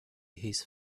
his